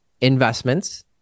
investments